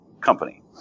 company